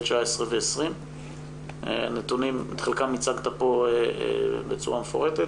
2019 ו-2020 - את חלקם של הנתונים הצגת כאן בצורה מפורטת